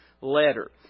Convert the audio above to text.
letter